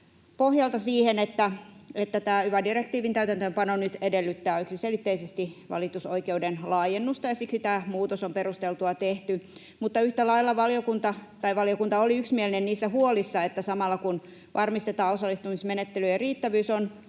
pohjalta siihen, että yva-direktiivin täytäntöönpano nyt edellyttää yksiselitteisesti valitusoikeuden laajennusta, ja siksi tämä muutos on perusteltua tehdä. Mutta yhtä lailla valiokunta oli yksimielinen niissä huolissa, että samalla kun varmistetaan osallistumismenettelyjen riittävyys, on